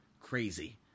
crazy